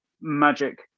Magic